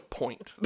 point